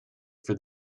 for